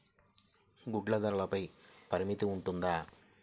గుడ్లు ధరల పై పరిమితి ఉంటుందా?